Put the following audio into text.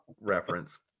reference